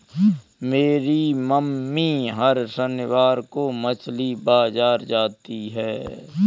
मेरी मम्मी हर शनिवार को मछली बाजार जाती है